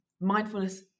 Mindfulness